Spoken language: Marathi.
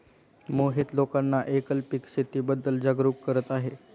मोहित लोकांना एकल पीक शेतीबद्दल जागरूक करत आहे